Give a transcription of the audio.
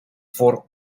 for